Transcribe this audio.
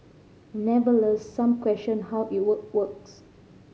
never less some questioned how it would works